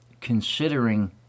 considering